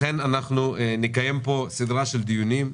לכן נקיים פה סדרה של דיונים.